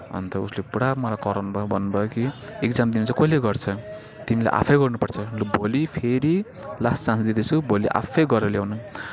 अन्त उसले पुरा मलाई कराउनुभयो भन्नुभयो कि एक्जाम दिँदा चाहिँ कसले गर्छ तिमीले आफैँ गर्नु पर्छ लु भोलि फेरि लास्ट चान्स दिँदैछु भोलि आफै गरेर ल्याउनु